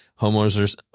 homeowners